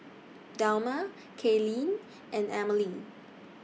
Delmar Kaylyn and Emelie